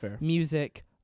music